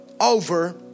over